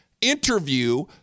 interview